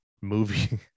movie